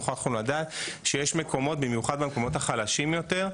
נוכחנו לדעת שיש מקומות במיוחד במקומות החלשים יותר,